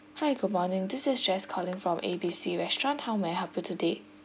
hi good morning this is jess calling from A B C restaurant how may I help you today